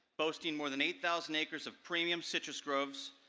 boasting more than eight thousand acres of premium citrus groves,